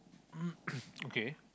okay